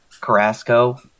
Carrasco